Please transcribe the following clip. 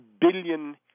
billion